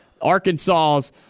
Arkansas's